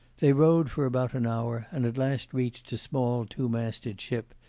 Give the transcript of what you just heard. they rowed for about an hour, and at last reached a small two-masted ship,